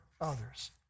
others